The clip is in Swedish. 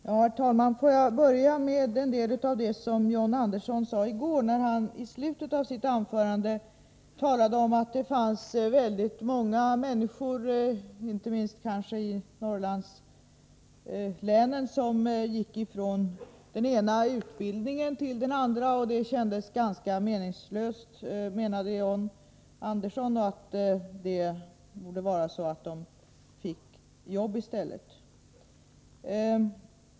Herr talman! Får jag börja med att kommentera det som John Andersson sade i går. I slutet av sitt anförande talade han om att det finns många människor, inte minst i Norrlandslänen, som går från den ena utbildningen till den andra. Det kändes ganska meningslöst, menade John Andersson. Det borde vara så att man fick arbete i stället.